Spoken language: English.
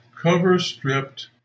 cover-stripped